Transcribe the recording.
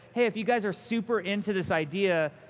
hey, if you guys are super into this idea,